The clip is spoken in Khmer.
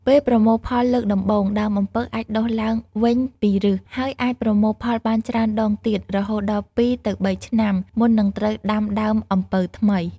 ពេលប្រមូលផលលើកដំបូង ដើមអំពៅអាចដុះឡើងវិញពីឫស ហើយអាចប្រមូលផលបានច្រើនដងទៀត រហូតដល់ ២ ទៅ ៣ ឆ្នាំ មុននឹងត្រូវដាំដើមអំពៅថ្មី។